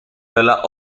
della